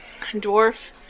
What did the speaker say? dwarf